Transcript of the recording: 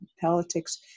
politics